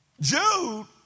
Jude